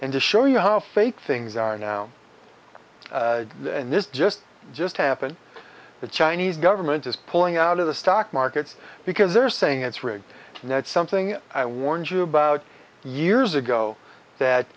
and to show you how fake things are now and this just just happened the chinese government is pulling out of the stock markets because they're saying it's rigged and that's something i warned you about years ago that